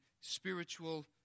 spiritual